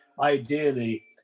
ideally